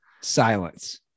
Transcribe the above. silence